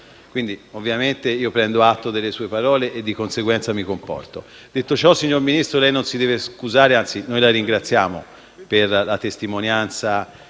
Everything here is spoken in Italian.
Ovviamente io prendo atto delle sue parole e mi comporto di conseguenza. Detto ciò, signor Ministro, lei non si deve scusare. Anzi, noi la ringraziamo per la testimonianza